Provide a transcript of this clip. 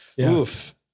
oof